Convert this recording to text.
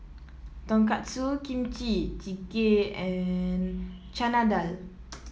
Tonkatsu Kimchi Jjigae and Chana Dal